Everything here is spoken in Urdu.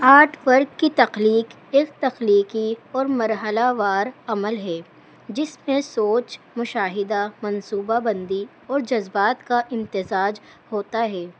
آرٹ ورک کی تخلیق ایک تخلیقی اور مرحلہ وار عمل ہے جس میں سوچ مشاہدہ منصوبہ بندی اور جذبات کا امتزاج ہوتا ہے